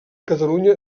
catalunya